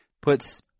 puts